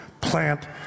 plant